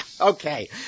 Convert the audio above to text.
Okay